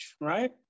right